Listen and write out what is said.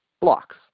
blocks